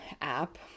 app